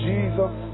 Jesus